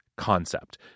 concept